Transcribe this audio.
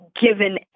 given